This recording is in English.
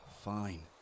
Fine